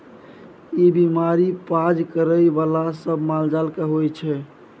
ई बीमारी पाज करइ बला सब मालजाल मे होइ छै